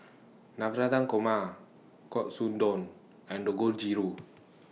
Navratan Korma Katsudon and Dangojiru